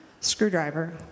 screwdriver